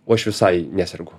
o aš visai nesergu